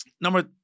Number